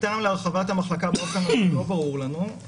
הטעם להרחבת המחלקה לא ברור לנו.